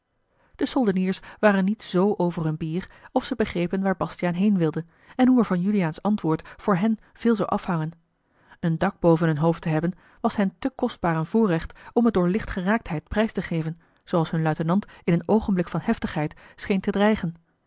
de soldeniers waren niet z over hun bier of zij begrepen waar bastiaan heen wilde en hoe er van juliaan's antwoord voor hen veel zou afhangen een dak boven hun hoofd te hebben was hen te kostbaar een voorrecht om het door lichtgeraaktheid prijs te geven zooals hun luitenant in een oogenblik van heftigheid scheen te dreigen